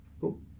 Cool